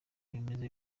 bimeze